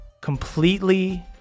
completely